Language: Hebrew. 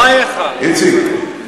איציק,